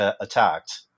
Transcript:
attacked